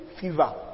fever